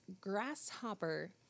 grasshopper